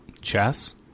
chess